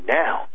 now